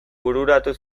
bururatu